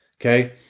okay